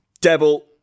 Devil